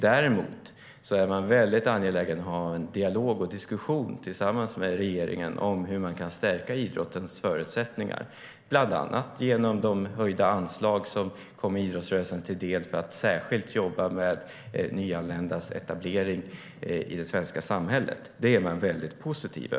Däremot är man väldigt angelägen om att ha en dialog och en diskussion med regeringen om hur man kan stärka idrottens förutsättningar, bland annat genom de höjda anslag som kommer idrottsrörelsen till del för att särskilt jobba med nyanländas etablering i det svenska samhället. Det är man väldigt positiv till.